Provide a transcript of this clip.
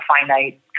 finite